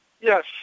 Yes